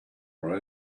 were